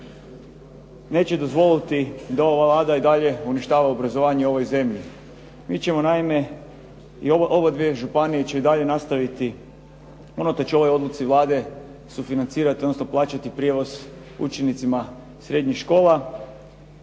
neće dozvoliti da ova Vlada i dalje uništava obrazovanje u ovoj zemlji. Mi ćemo naime, ove dvije županije će i dalje nastaviti, unatoč ovoj odluci Vlade, sufinancirati odnosno plaćati prijevoz učenicima srednjih škola,